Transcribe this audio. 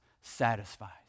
satisfies